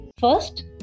First